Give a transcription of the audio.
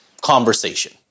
conversation